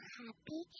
happy